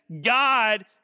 God